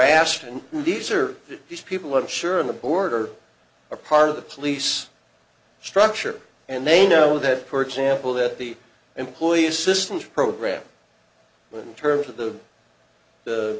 and these are these people and sure in the border a part of the police structure and they know that for example that the employee assistance program in terms of the the